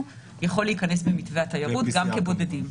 יכול להיכנס במתווה התיירות גם כבודדים.